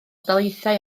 daleithiau